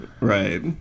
right